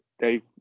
Dave